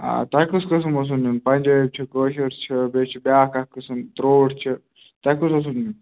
آ تۄہہِ کُس قسٕم اوسوٕ نیُن پَنجٲبۍ چھُ کٲشُر چھِ بیٚیہِ چھِ بیٛاکھ اَکھ قسم ترٛوٹھ چھِ تۄہہِ کُس اوسوٕ نیُن